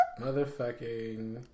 Motherfucking